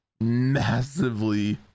massively